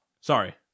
Sorry